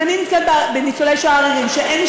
אם אני נתקלת בניצולי שואה עריריים שאין מי